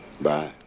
bye